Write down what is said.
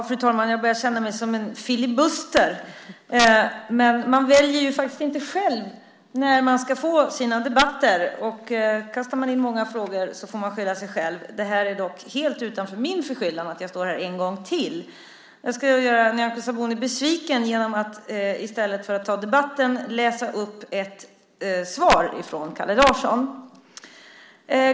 Fru talman! Jag börjar känna mig som en filibuster. Men man väljer faktiskt inte själv när man ska få sina debatter. Kastar man in många frågor får man skylla sig själv. Det är dock helt utan min förskyllan att jag står här en gång till. Jag ska göra Nyamko Sabuni besviken genom att i stället för att ta debatten läsa upp ett svar från Kalle Larsson.